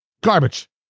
Garbage